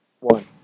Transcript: one